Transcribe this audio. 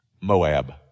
Moab